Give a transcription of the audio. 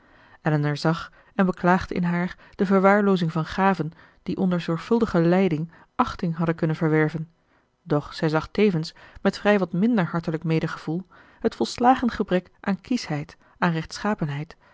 elinor zag en beklaagde in haar de verwaarloozing van gaven die onder zorgvuldige leiding achting hadden kunnen verwerven doch zij zag tevens met vrij wat minder hartelijk medegevoel het volslagen gebrek aan kieschheid aan